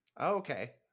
Okay